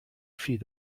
feet